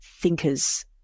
thinkers